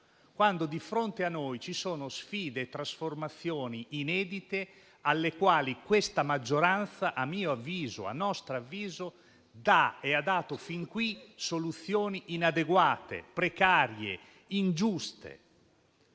quando di fronte a noi ci sono sfide e trasformazioni inedite alle quali questa maggioranza, a mio e a nostro avviso, dà e ha dato fin qui soluzioni inadeguate, precarie e ingiuste.